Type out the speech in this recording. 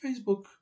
facebook